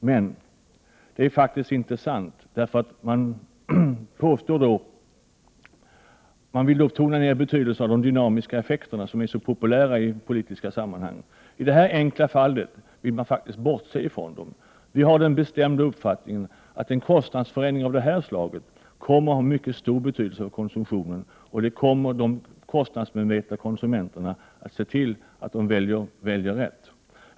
Det är faktiskt inte sant. Man vill då tona ner betydelsen av de dynamiska effekterna, som är så populära i politiska sammanhang. I detta enkla fall vill man faktiskt bortse från dem. Miljöpartiet har den bestämda uppfattningen att en kostnadsförändring av detta slag kommer att ha mycket stor betydelse för konsumtionen. De kostnadsmedvetna konsumenterna kommer att se till att de väljer rätt.